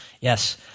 Yes